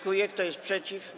Kto jest przeciw?